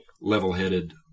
level-headed